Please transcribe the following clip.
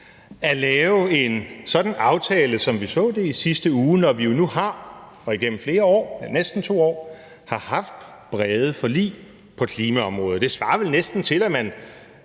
at lave en sådan aftale, som vi så det i sidste uge, når vi jo nu igennem flere år, næsten 2 år, har haft brede forlig på klimaområdet. Det svarer vel næsten til, at man